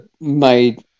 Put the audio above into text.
made